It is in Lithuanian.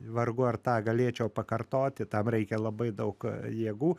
vargu ar tą galėčiau pakartoti tam reikia labai daug jėgų